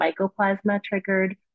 mycoplasma-triggered